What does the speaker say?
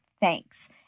thanks